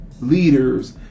leaders